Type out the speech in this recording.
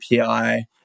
API